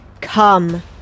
Come